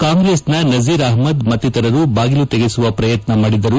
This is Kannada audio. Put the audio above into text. ಕಾಂಗ್ರೆಸ್ನ ನಜೀರ್ ಅಹಮ್ಮದ್ ಮತ್ತಿತರರು ಬಾಗಿಲು ತೆಗೆಸುವ ಪ್ರಯತ್ನ ಮಾಡಿದರು